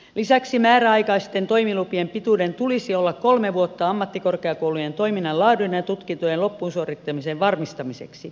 lisäksi määräaikaisten toimilupien pituuden tulisi olla kolme vuotta ammattikorkeakoulujen toiminnan laadun ja tutkintojen loppuun suorittamisen varmistamiseksi